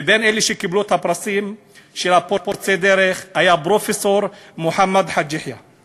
בין אלה שקיבלו את הפרסים של פורצי הדרך היה פרופסור מוחמד חאג' יחיא,